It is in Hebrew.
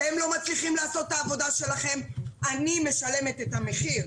אתם לא מצליחים לעשות את העבודה שלכם ואני משלמת את המחיר.